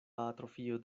atrofio